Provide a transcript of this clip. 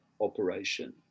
operation